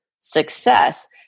success